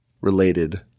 related